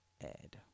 ed